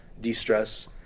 de-stress